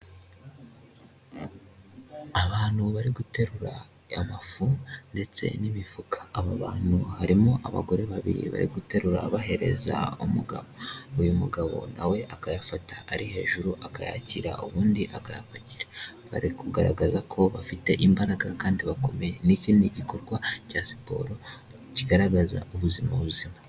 Abantu bari guterura amafu ndetse n'imifuka abo bantu harimo abagore babiri bari guterura bahereza umugabo, uyu mugabo nawe akayafata ari hejuru akayakira ubundi agakira, bari kugaragaza ko bafite imbaraga kandi bakomeye, n'ikindi gikorwa cya siporo kigaragaza ubuzima buzima.